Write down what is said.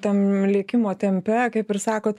tam lėkimo tempe kaip ir sakot